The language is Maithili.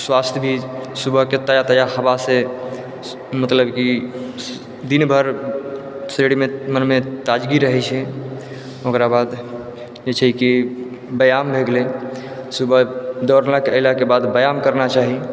स्वास्थ भी सुबहके ताजा ताजा हवासँ मतलब कि दिन भरि शरीरमे मनमे ताजगी रहै छै ओकराबाद जे छै की व्यायाम भए गेलै सुबह दौड़लाके ऐलाके बाद व्यायाम करना चाही